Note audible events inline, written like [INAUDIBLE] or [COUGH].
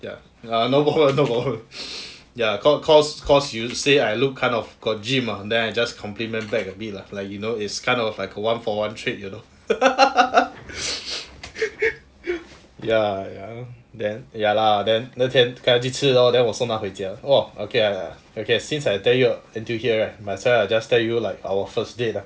ya no problem no problem ya cause cause cause you say I look kind of got gym mah then just compliment back a bit lah like you know it's kind of like a one for one trade you know [LAUGHS] ya ya then ya lah then 那天跟她去吃 lor then 我送她回家 oh okay lah okay since I tell you until here right you might as well I just tell you like our first date ah